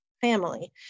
family